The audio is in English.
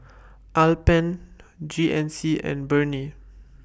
Alpen G N C and Burnie